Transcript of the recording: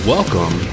Welcome